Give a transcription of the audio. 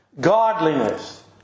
Godliness